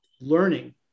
learning